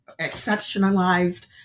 exceptionalized